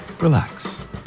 Relax